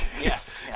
Yes